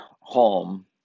home